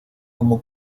como